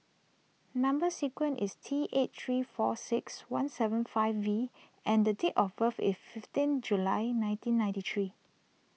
Number Sequence is T eight three four six one seven five V and date of birth is fifteen July nineteen ninety three